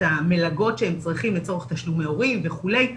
המלגות שהם צריכים לצורך תשלומי הורים וכולי,